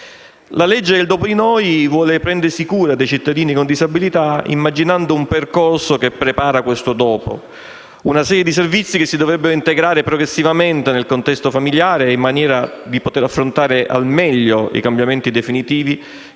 La legge sul "dopo di noi" vuole prendersi cura dei cittadini con disabilità, immaginando un percorso che prepara questo "dopo", una serie di servizi che si dovrebbero integrare progressivamente nel contesto familiare, in maniera da poter affrontare al meglio i cambiamenti definitivi